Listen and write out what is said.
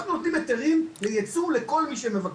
אנחנו נותנים היתרים לייצוא לכל מי שמבקש.